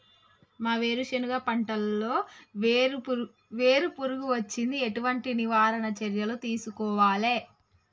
మా వేరుశెనగ పంటలలో వేరు పురుగు వచ్చింది? ఎటువంటి నివారణ చర్యలు తీసుకోవాలే?